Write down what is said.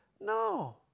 No